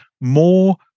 more